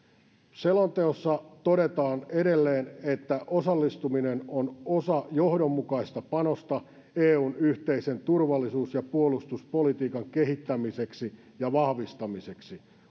selonteossa todetaan edelleen että osallistuminen on osa johdonmukaista panosta eun yhteisen turvallisuus ja puolustuspolitiikan kehittämiseksi ja vahvistamiseksi